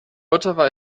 ottawa